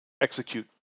execute